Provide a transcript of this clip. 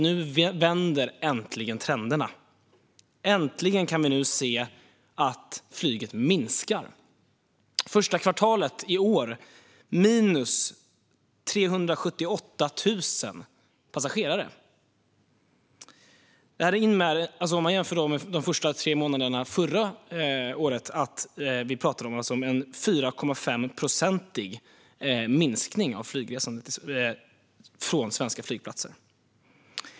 Nu vänder äntligen trenderna. Äntligen kan vi nu se att flyget minskar. Det första kvartalet i år var det minus 378 000 passagerare. Om man jämför med de första tre månaderna förra året talar vi om en 4,5-procentig minskning av flygresandet från svenska flygplatser.